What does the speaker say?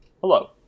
Hello